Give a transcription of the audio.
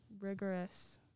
rigorous